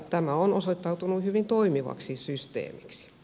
tämä on osoittautunut hyvin toimivaksi systeemiksi